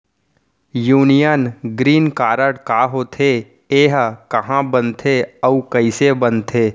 Union green card का होथे, एहा कहाँ बनथे अऊ कइसे बनथे?